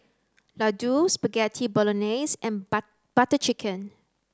Ladoo Spaghetti Bolognese and Butter Chicken